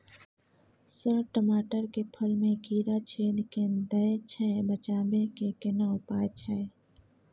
Sir टमाटर के फल में कीरा छेद के दैय छैय बचाबै के केना उपाय छैय?